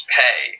pay